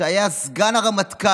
שהיה סגן הרמטכ"ל,